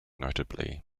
notably